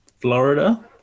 Florida